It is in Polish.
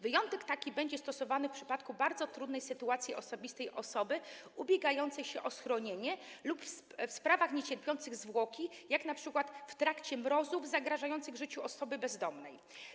Wyjątek taki będzie stosowany w przypadku bardzo trudnej sytuacji osobistej osoby ubiegającej się o schronienie lub w sprawach niecierpiących zwłoki, jak np. w trakcie mrozów zagrażających życiu osoby bezdomnej.